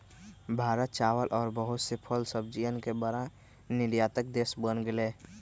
भारत चावल और बहुत से फल सब्जियन के बड़ा निर्यातक देश बन गेलय